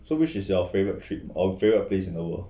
so which is your favorite trip or favorite place in the world